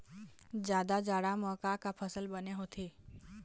जादा जाड़ा म का का फसल बने होथे?